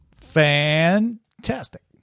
fantastic